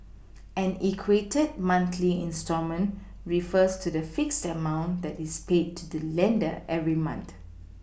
an equated monthly instalment refers to the fixed amount that is paid to the lender every month